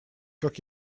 как